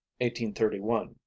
1831